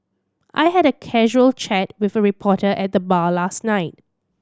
I had a casual chat with a reporter at the bar last night